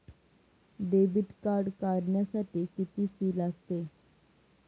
Debit card काढण्यासाठी किती fee लागते?